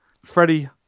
Freddie